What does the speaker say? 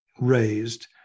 raised